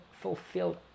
fulfilled